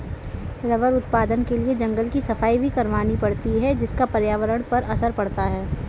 rubber उत्पादन के लिए जंगल की सफाई भी करवानी पड़ती है जिसका पर्यावरण पर असर पड़ता है